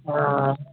हा